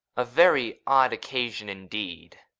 a very odd occasion indeed.